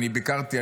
אני ביקרתי,